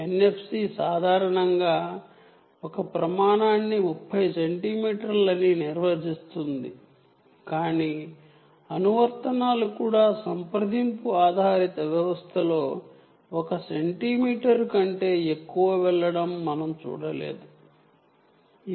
NFC సాధారణంగా ఒక ప్రమాణాన్ని 30 సెంటీమీటర్లను నిర్వచిస్తుంది కాని అప్లికేషన్స్ లో 1 సెంటీమీటర్ కంటే ఎక్కువగా వెళ్ళడం మనం చూడలేదు ఇవి దాదాపు కాంటాక్ట్ బేస్డ్ సిస్టమ్ లు